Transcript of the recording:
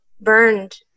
burned